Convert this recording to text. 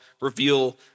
reveal